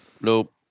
Nope